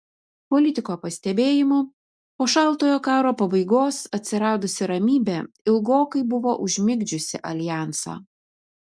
politiko pastebėjimu po šaltojo karo pabaigos atsiradusi ramybė ilgokai buvo užmigdžiusi aljansą